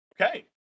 Okay